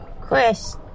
Chris